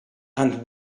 and